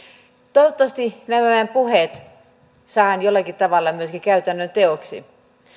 toivottavasti nämä puheet saadaan jollakin tavalla myöskin käytännön teoiksi